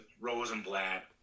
Rosenblatt